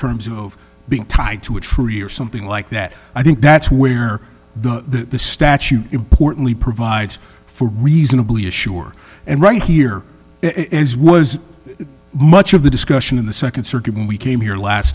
terms of being tied to a tree or something like that i think that's where the the statute importantly provides for a reasonably assured and right here as was much of the discussion in the nd circuit when we came here last